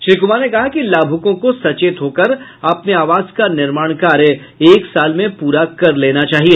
श्री कुमार ने कहा कि लाभुकों को सचेत होकर अपने आवास का निर्माण कार्य एक साल में पूरा कर लेना चाहिए